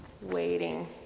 Waiting